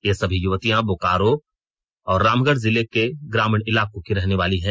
ये सभी युवतियां बोकारो और रामगढ़ जिले के ग्रामीण इलाकों की रहने वाली है